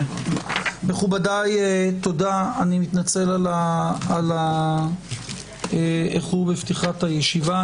מכובדיי, אני מתנצל על האיחור בפתיחת הישיבה.